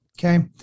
okay